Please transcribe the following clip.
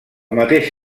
mateix